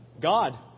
God